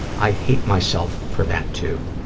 i hate myself for that, too.